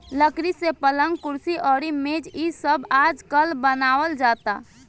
लकड़ी से पलंग, कुर्सी अउरी मेज़ इ सब आजकल बनावल जाता